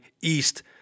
east